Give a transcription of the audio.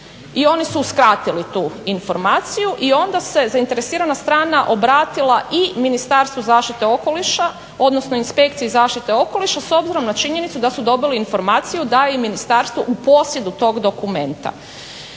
i oni su uskratili tu informaciju i onda se zainteresirana strana obratila i Ministarstvu zaštite okoliša, odnosno Inspekciji zaštite okoliša s obzirom na činjenicom da su dobili informaciju da je ministarstvo u posjedu tog dokumenta.